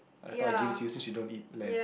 I thought I give it to you since you don't eat lamb